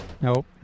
Nope